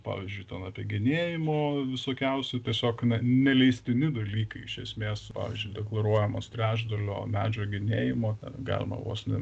pavyzdžiui ten apie genėjimo visokiausių tiesiog na neleistini dalykai iš esmės pavyzdžiui deklaruojamas trečdalio medžio genėjimo galima vos ne